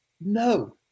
no